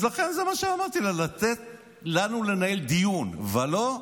אז לכן, מה שאמרתי לה הוא לתת לנו לנהל דיון, ולא,